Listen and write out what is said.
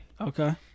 Okay